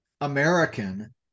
American